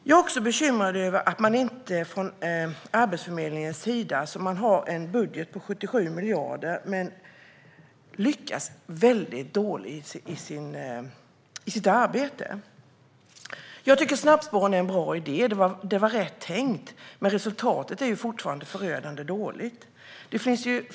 Jag är också bekymrad över att Arbetsförmedlingen - som har en budget på över 77 miljarder - lyckas väldigt dåligt i sitt arbete. Jag tycker att snabbspåren är en bra idé. Det var rätt tänkt, men resultatet är fortfarande förödande dåligt.